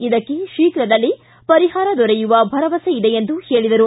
ಇದಕ್ಕೆ ಶೀಘ್ರದಲ್ಲೇ ಪರಿಹಾರ ದೊರೆಯುವ ಭರವಸೆ ಇದೆ ಎಂದರು